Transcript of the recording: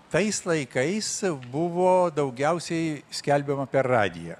tais laikais buvo daugiausiai skelbiama per radiją